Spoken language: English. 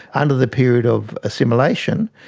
under the period of assimilation,